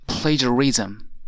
plagiarism